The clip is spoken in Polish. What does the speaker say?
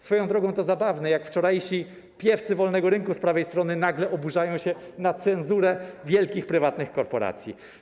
Swoją drogą to zabawne, jak wczorajsi piewcy wolnego rynku z prawej strony nagle oburzają się na cenzurę wielkich prywatnych korporacji.